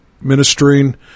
ministering